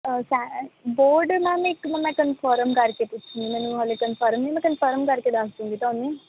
ਸੈ board ma'am ਇੱਕ ਨੂੰ ਮੈਂ ਕੰਨਫਰਮ ਕਰਕੇ ਪੁੱਛੁਗੀ ਮੈਨੂੰ ਹਜੇ ਕੰਨਫਰਮ ਨਹੀਂ ਮੈਂ ਕੰਨਫਰਮ ਕਰਕੇ ਦੱਸ ਦਊਂਗੀ ਤੁਹਾਨੂੰ